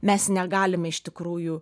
mes negalime iš tikrųjų